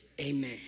Amen